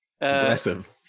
Aggressive